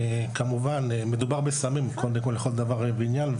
מדובר בסמים לכל דבר ועניין,